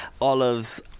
olives